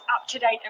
up-to-date